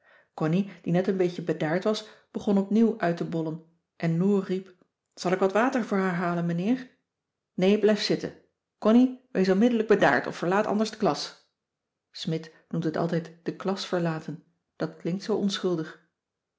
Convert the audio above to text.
connie die net een beetje bedaard was begon opnieuw uit te bollen en noor riep zal ik wat water voor haar halen meneer cissy van marxveldt de h b s tijd van joop ter heul nee blijf zitten connie wees onmiddellijk bedaard of verlaat anders de klas smidt noemt het altijd de klas verlaten dat klinkt zoo onschuldig